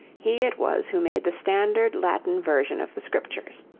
he it was who made the standard latin version of the scriptures.